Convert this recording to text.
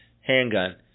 handgun